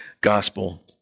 gospel